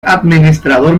administrador